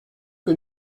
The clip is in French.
que